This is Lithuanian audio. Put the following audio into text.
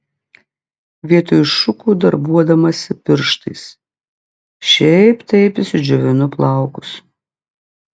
vietoj šukų darbuodamasi pirštais šiaip taip išsidžiovinu plaukus